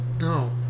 No